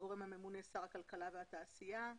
הגורם הממונה הוא שר הכלכלה והתעשייה.